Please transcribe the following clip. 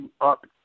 up